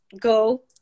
go